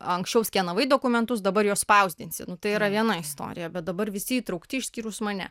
anksčiau skenavai dokumentus dabar juos spausdinsi nu tai yra viena istorija bet dabar visi įtraukti išskyrus mane